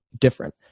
different